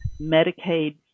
Medicaid